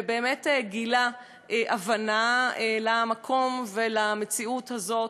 שבאמת גילה הבנה למקום ולמציאות הזאת,